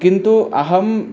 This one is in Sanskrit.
किन्तु अहं